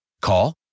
Call